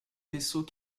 vaisseau